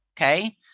Okay